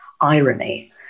irony